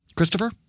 Christopher